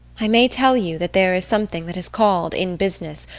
i may tell you that there is something that is called, in business,